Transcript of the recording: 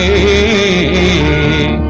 a